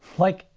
like,